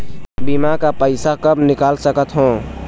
बीमा का पैसा कब निकाल सकत हो?